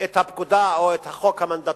את הפקודה, או את החוק המנדטורי,